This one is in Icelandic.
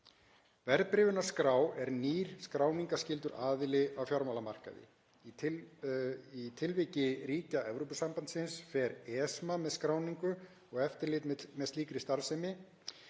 Verðbréfunarskrá er nýr skráningarskyldur aðili á fjármálamarkaði. Í tilviki ríkja Evrópusambandsins fer ESMA með skráningu og eftirlit með slíkri starfsemi,